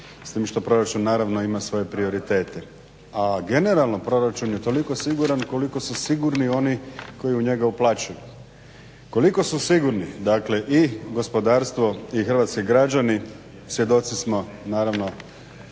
s tim što proračun naravno ima svoj prioritete. A generalno proračun je toliko siguran koliko su sigurni oni koji u njega uplaćuju, koliko su sigurni dakle i gospodarstvo i hrvatski građani svjedoci smo naravno